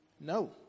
No